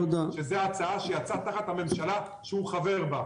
זאת ההצעה שיצאה תחת הממשלה שהוא חבר בה.